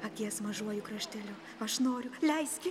akies mažuoju krašteliu aš noriu leiski